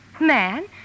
Man